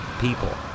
people